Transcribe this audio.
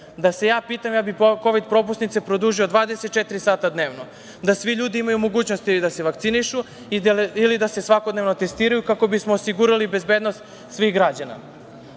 Da se ja pitam, ja bih kovid propusnice produžio 24 sata dnevno, da svi ljudi koji imaju mogućnosti da se vakcinišu ili da se svakodnevno testiraju kako bismo osigurali bezbednost svih građana. Pozivam